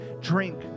drink